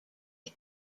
out